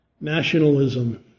Nationalism